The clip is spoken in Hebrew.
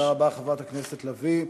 תודה רבה, חברת הכנסת לביא.